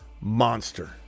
monster